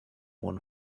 one